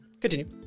continue